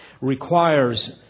requires